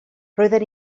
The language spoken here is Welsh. roedden